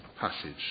passage